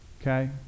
okay